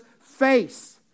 Face